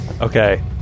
Okay